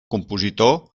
compositor